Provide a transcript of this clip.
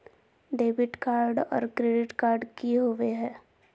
Debit card और credit card की होवे हय?